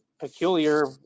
peculiar